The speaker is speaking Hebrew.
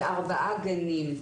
וארבעה גנים.